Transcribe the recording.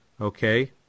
okay